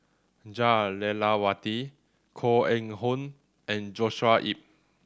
Jah Lelawati Koh Eng Hoon and Joshua Ip